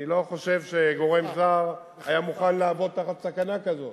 אני לא חושב שגורם זר היה מוכן לעבוד תחת סכנה כזאת.